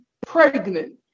pregnant